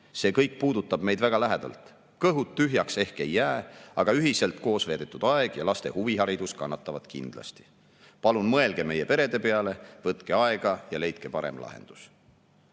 See kõik puudutab meid väga lähedalt. Kõhud tühjaks ehk ei jää, aga ühiselt koosveedetud aeg ja laste huviharidus kannatavad kindlasti. Palun mõelge meie perede peale, võtke aega ja leidke parem lahendus!"